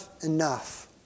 enough